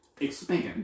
Expand